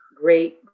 great